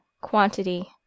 quantity